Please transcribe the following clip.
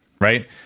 right